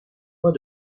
mois